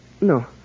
No